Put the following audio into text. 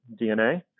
DNA